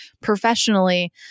professionally